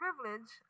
privilege